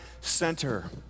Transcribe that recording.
Center